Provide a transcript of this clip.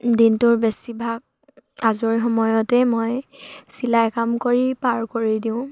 দিনটোৰ বেছিভাগ আজৰি সময়তেই মই চিলাই কাম কৰি পাৰ কৰি দিওঁ